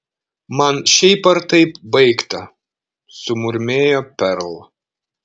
man šiaip ar taip baigta sumurmėjo perl